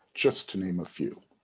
just to name a few.